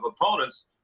opponents